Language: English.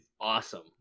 awesome